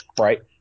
Right